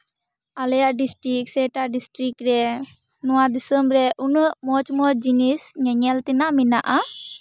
ᱟᱞᱮᱭᱟᱜ ᱰᱤᱥᱴᱤᱠ ᱥᱮ ᱮᱴᱟᱜ ᱰᱤᱥᱴᱤᱠ ᱨᱮ ᱱᱚᱣᱟ ᱫᱤᱥᱚᱢ ᱨᱮ ᱩᱱᱟᱹᱜ ᱢᱚᱡᱽᱼᱢᱚᱡᱽ ᱡᱤᱱᱤᱥ ᱧᱮᱧᱮᱞ ᱛᱮᱱᱟᱜ ᱢᱚᱱᱟᱜᱼᱟ